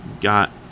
got